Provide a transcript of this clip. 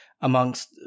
amongst